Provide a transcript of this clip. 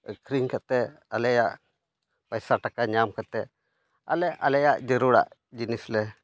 ᱟᱹᱠᱷᱨᱤᱧ ᱠᱟᱛᱮᱫ ᱟᱞᱮᱭᱟᱜ ᱯᱚᱭᱥᱟ ᱴᱟᱠᱟ ᱧᱟᱢ ᱠᱟᱛᱮᱫ ᱟᱞᱮ ᱟᱞᱮᱭᱟᱜ ᱡᱟᱹᱨᱩᱲᱚᱜ ᱡᱤᱱᱤᱥ ᱞᱮ